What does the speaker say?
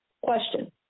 Question